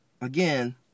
again